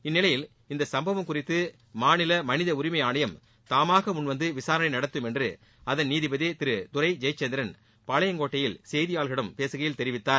இந்நிலையில் இந்த சம்பவம் குறித்து மாநில மனித உரிமை ஆணையம் தாமாக முன்வந்து விசாரணை நடத்தும் என்று அதன் நீதிபதி திரு துரை ஜெயச்சந்திரன் பாளையங்கோட்டையில் செய்தியாளர்களிடம் பேசுகையில் தெரிவித்தார்